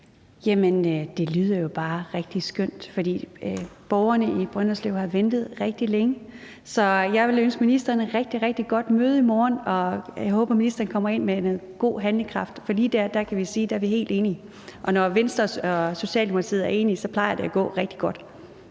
Honoré Østergaard (V): Det lyder jo bare rigtig skønt, for borgerne i Brønderslev har ventet rigtig længe. Så jeg vil ønske ministeren et rigtig, rigtig godt møde i morgen, og jeg håber, ministeren kommer ind med noget god handlekraft. For lige der kan vi sige, at vi er helt enige, og når Venstre og Socialdemokratiet er enige, plejer det at gå rigtig godt.